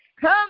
come